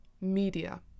media